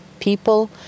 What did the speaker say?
people